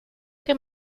que